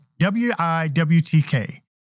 WIWTK